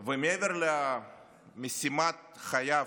ומעבר למשימת חייו,